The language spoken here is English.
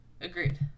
Agreed